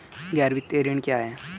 गैर वित्तीय ऋण क्या है?